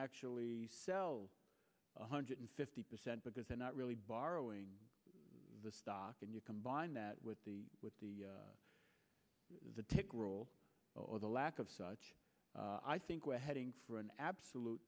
actually sell one hundred fifty percent because they're not really borrowing the stock and you combine that with the with the the tick rule or the lack of such i think we're heading for an absolute